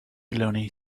baloney